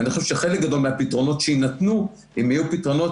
אני חושב שחלק גדול מהפתרונות שיינתנו הם יהיו פתרונות